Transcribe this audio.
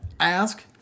Ask